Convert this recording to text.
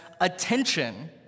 attention